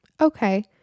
okay